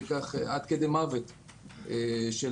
עד כדי מוות של